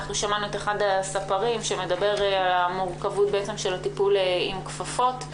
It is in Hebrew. שמענו את אחד הספרים מדבר על המורכבות של הטיפול עם הכפפות,